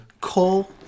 Cole